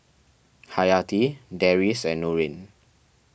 Hayati Deris and Nurin